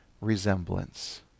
resemblance